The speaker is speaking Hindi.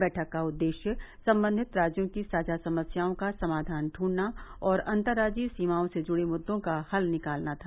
बैठक का उद्देश्य संबंधित राज्यों की साझा समस्याओं का समाधान दूंढना और अंतर्राज्यीय सीमाओं से जुड़े मुद्दों का हल निकालना था